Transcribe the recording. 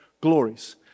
glories